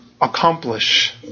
accomplish